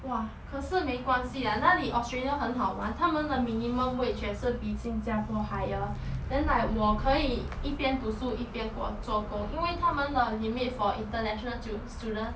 !wah! 可是没关系啦那里 australia 很好玩他们的 minimum wage 也是比新加坡 higher 我可以一边读书一边做工因为他们的 limit for international students